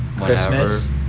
Christmas